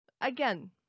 again